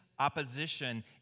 opposition